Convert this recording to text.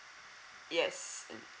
yes uh